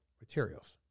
materials